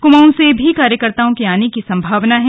कुमाऊं से भी कार्यकर्ताओं के आने की संभावना है